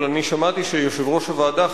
אבל שמעתי שיושב-ראש הוועדה,